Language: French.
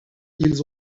ils